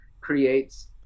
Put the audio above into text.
creates